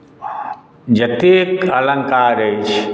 आ जतेक अलङ्कार अछि